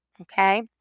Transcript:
Okay